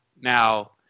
Now